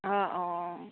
অঁ অঁ